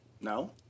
No